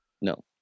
No